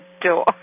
door